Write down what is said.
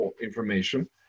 information